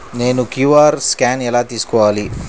నేను QR scan ఎలా తీసుకోవాలి?